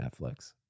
Netflix